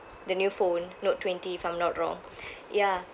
the new phone note twenty if I'm not wrong ya